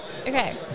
Okay